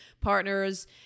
partners